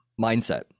mindset